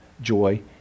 joy